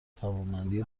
توانمندی